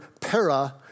para